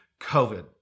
COVID